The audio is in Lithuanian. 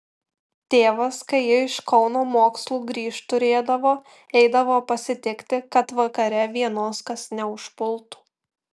tėvas kai ji iš kauno mokslų grįžt turėdavo eidavo pasitikti kad vakare vienos kas neužpultų